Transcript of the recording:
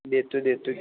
देतो देतो की